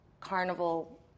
carnival